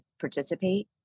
participate